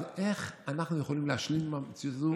אז איך אנחנו יכולים להשלים עם המציאות הזאת,